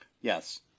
Yes